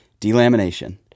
Delamination